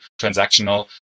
transactional